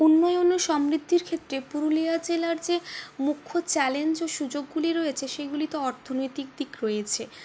উন্নয়ন ও সমৃদ্ধির ক্ষেত্রে পুরুলিয়া জেলার যে মুখ্য চ্যালেঞ্জ ও সুযোগগুলি রয়েছে সেগুলি তো অর্থনৈতিক দিক রয়েছে